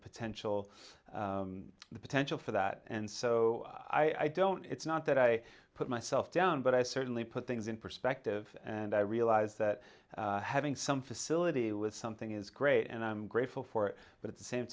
potential the potential for that and so i don't it's not that i put myself down but i certainly put things in perspective and i realize that having some facility with something is great and i'm grateful for it but at the same